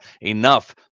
enough